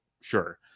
Sure